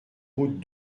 route